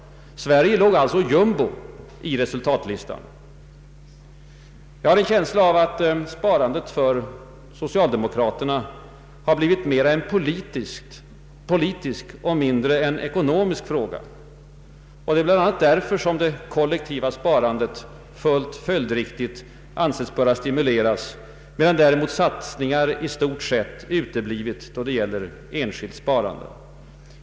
Sverige låg alltså jumbo på resultatlistan. Jag har en känsla av att sparandet för socialdemokraterna har blivit mer en politisk än en ekonomisk fråga. Det är bl.a. därför det kollektiva sparandet fullt följdriktigt ansetts böra stimuleras, medan däremot satsningar i stort sett uteblivit då det gäller enskilt sparande.